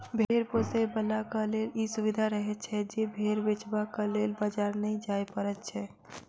भेंड़ पोसयबलाक लेल ई सुविधा रहैत छै जे भेंड़ बेचबाक लेल बाजार नै जाय पड़ैत छै